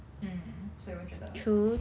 mm 所以我觉得 true to that true that